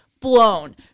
Blown